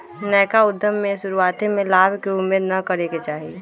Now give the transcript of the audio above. नयका उद्यम में शुरुआते में लाभ के उम्मेद न करेके चाही